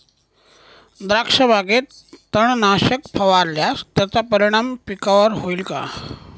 द्राक्षबागेत तणनाशक फवारल्यास त्याचा परिणाम पिकावर होईल का?